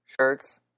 shirts